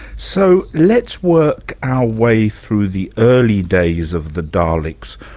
so let's work our way through the early days of the daleks.